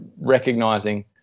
recognizing